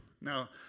Now